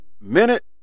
minute